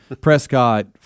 Prescott